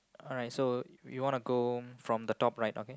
alright so you want to go from the top right okay